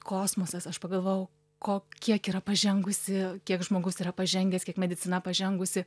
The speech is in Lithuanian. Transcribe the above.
kosmosas aš pagalvojau ko kiek yra pažengusi kiek žmogus yra pažengęs kiek medicina pažengusi